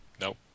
Nope